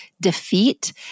defeat